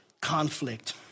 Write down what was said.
conflict